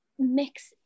Mix